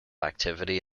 activity